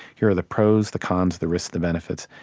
here are the pros, the cons, the risks, the benefits.